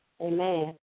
Amen